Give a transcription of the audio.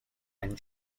and